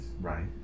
right